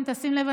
אם תשים לב,